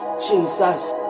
Jesus